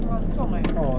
!wah! 很重 eh